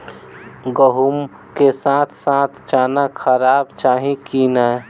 गहुम केँ साथ साथ चना करबाक चाहि की नै?